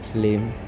lame